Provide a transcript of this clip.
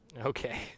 Okay